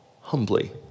humbly